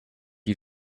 you